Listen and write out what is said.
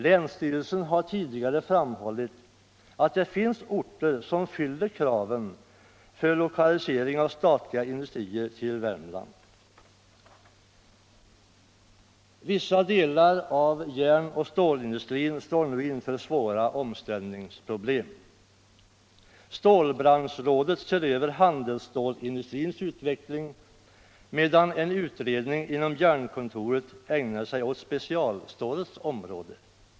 Länsstyrelsen har tidigare framhållit att det finns orter som fyller kraven för lokalisering av statliga industrier till Värmland. Vissa delar av järnoch stålindustrin står nu inför svåra omställningsproblem. Stålbranschrådet ser över handelsstålindustrins utveckling medan en utredning inom Jernkontoret ägnar sig åt specialstålsområdet.